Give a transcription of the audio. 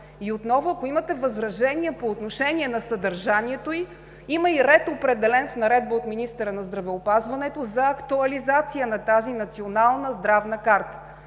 и отново, ако имате възражения по отношение на съдържанието й, има и ред, определен в наредба от министъра на здравеопазването, за актуализация на тази Национална здравна карта.